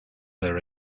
their